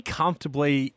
comfortably